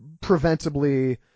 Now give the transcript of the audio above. preventably